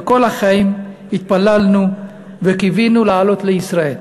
וכל החיים התפללנו וקיווינו לעלות לישראל.